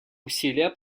усилия